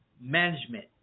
management